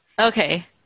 Okay